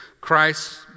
Christ